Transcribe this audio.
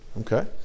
Okay